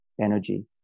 energy